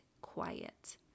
quiet